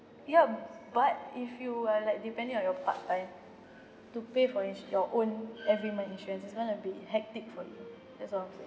ya but if you are like depending on your part-time to pay for insu~ your own every month insurance it's gonna be hectic for you that's what I'm saying